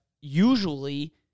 usually